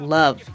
love